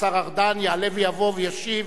השר ארדן יעלה ויבוא וישיב